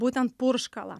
būtent purškalą